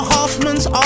Hoffman's